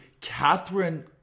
Catherine